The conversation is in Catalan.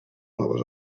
nova